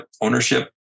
ownership